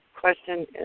question